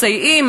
מסייעים,